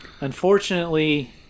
Unfortunately